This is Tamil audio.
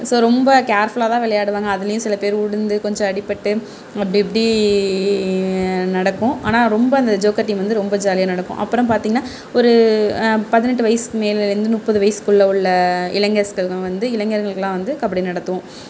ரொம்ப கேர்ஃபுல்லாகதான் விளையாடுவாங்க அதுலேயும் சில பேர் விழுந்து கொஞ்சம் அடிபட்டு அப்படி இப்படி நடக்கும் ஆனால் ரொம்ப அந்த ஜோக்கர் டீம் வந்து ரொம்ப ஜாலியாக நடக்கும் அப்பறம் பார்த்திங்ன்னா ஒரு பதினெட்டு வயசுக்கு மேலேருந்து முப்பது வயசுக்குள்ள உள்ள இளைஞர்ஸ்களாம் வந்து இளைஞருக்கலாம் வந்து கபடி நடத்துவோம்